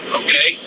okay